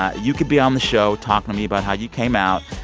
ah you could be on the show talking to me about how you came out.